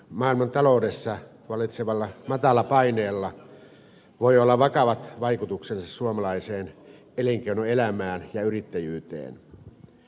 maailmantaloudessa vallitsevalla matalapaineella voi olla vakavat vaikutukset suomalaiseen elinkeinoelämään ja yrittäjyyteen